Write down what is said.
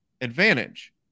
advantage